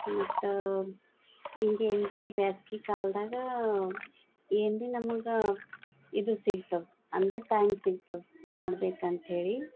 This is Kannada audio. ಮತ್ತು ಹಿಂಗೆ ಏನು ಬಿ ಬೇಸಿಗೆ ಕಾಲದಾಗ ಏನು ಬಿ ನಮಗೆ ಇದು ಸಿಗ್ತವು ಅಂದ್ರೆ ಟೈಮ್ ಸಿಗ್ತವೆ ಮಾಡಬೇಕಂತ್ಹೇಳಿ